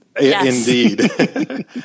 Indeed